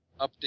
update